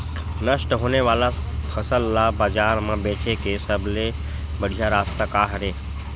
नष्ट होने वाला फसल ला बाजार मा बेचे के सबले बढ़िया रास्ता का हरे?